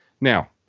Now